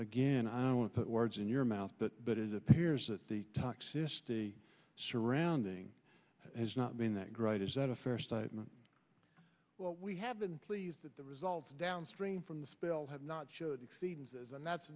again i won't put words in your mouth but it appears that the toxicity surrounding has not been that great is that a fair statement well we have been pleased that the results downstream from the spill have not showed exceeds and that's